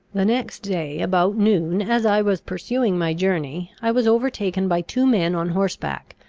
the next day about noon, as i was pursuing my journey, i was overtaken by two men on horseback,